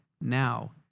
now